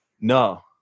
no